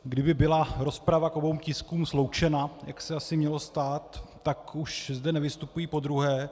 Kdyby byla rozprava k obou tiskům sloučena, jak se asi mělo stát, tak už zde nevystupuji podruhé.